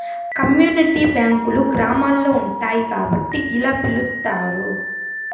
community బ్యాంకులు గ్రామాల్లో ఉంటాయి కాబట్టి ఇలా పిలుత్తారు